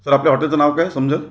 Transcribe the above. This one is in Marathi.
तर आपल्या हॉटेलचं नाव काय समजेल